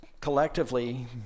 Collectively